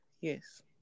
yes